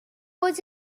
was